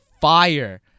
fire